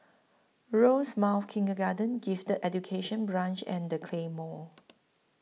Rosemount Kindergarten Gifted Education Branch and The Claymore